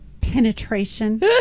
penetration